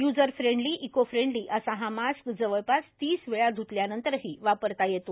user friendly eco friendly असा हा mask जवळपास तीस वेळा ध्तल्यानंतरही वापरता येतो